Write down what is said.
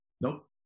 Nope